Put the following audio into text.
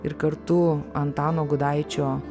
ir kartu antano gudaičio